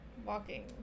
Walking